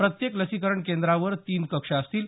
प्रत्येक लसीकरण केंद्रावर तीन कक्ष असतील